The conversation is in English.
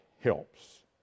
helps